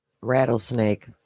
Rattlesnake